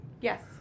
Yes